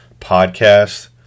podcast